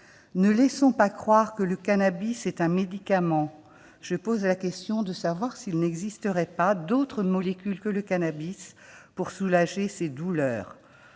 Ne laissons pas croire que le cannabis est un médicament. Se pose en réalité la question de savoir s'il n'existerait pas d'autres molécules que le cannabis pour soulager ces douleurs.